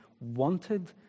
wanted